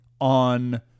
on